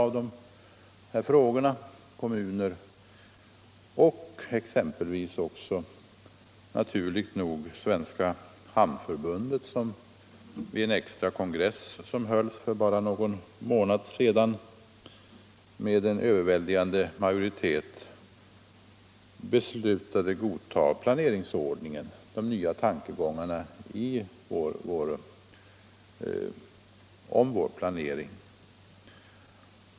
Det gäller exempelvis kommuner och naturligt nog också Svenska hamnförbundet, som vid en extra kongress för bara någon månad sedan med överväldigande majoritet beslöt godta planeringsordningen och de nya tankegångarna i fråga om vår planering.